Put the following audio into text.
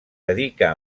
dedica